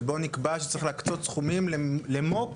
שבו נקבע שצריך להקצות סכומים למו"פ,